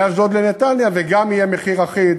מאשדוד לנתניה, וגם יהיה מחיר אחיד,